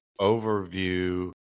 overview